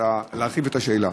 להרחיב את השאלה.